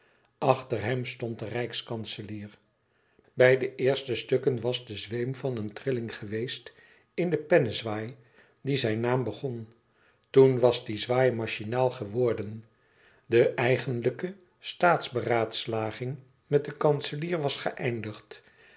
achter hem stond de rijkskanselier bij de eerste stukken was de zweem van eene trilling geweest in den pennezwaai die zijn naam begon toen was die zwaai machinaal geworden de eigenlijke staatsberaadslaging met den kanselier was geeindigd